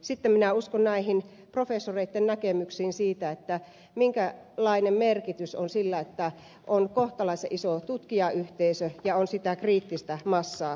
sitten minä uskon näihin professoreitten näkemyksiin siitä minkälainen merkitys on sillä että on kohtalaisen iso tutkijayhteisö ja on sitä kriittistä massaa